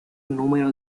número